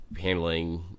handling